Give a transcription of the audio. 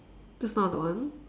just now that one